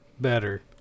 better